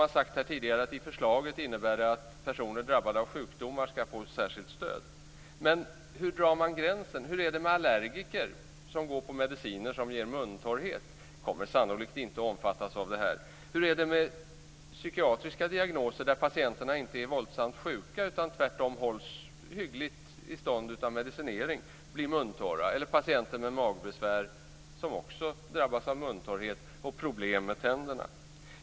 Man har tidigare sagt att förslaget innebär att personer drabbade av sjukdomar skall få särskilt stöd. Hur drar man gränsen? Hur är det med allergiker som går på mediciner som ger muntorrhet? De kommer sannolikt inte att omfattas detta. Hur är det med psykiatriska diagnoser, där patienterna inte är våldsamt sjuka utan hålls hyggligt i stånd av medicinering som ger muntorrhet? Hur är det med patienter med magbesvär som också drabbas av muntorrhet och problem med tänderna?